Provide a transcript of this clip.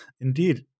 Indeed